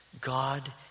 God